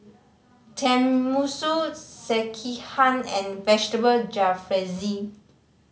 Tenmusu Sekihan and Vegetable Jalfrezi